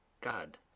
God